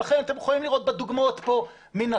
לכן אתם יכולים לראות בדוגמאות כאן מנתניה,